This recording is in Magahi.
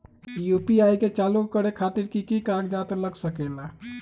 यू.पी.आई के चालु करे खातीर कि की कागज़ात लग सकेला?